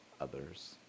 others